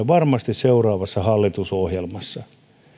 varmasti seuraavassa hallitusohjelmassa